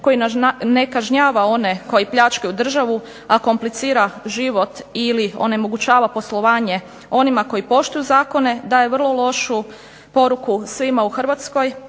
koji ne kažnjava one koji pljačkaju državu, a komplicira život ili onemogućava poslovanje onima koji poštuju zakone, daje vrlo lošu poruku svima u Hrvatskoj,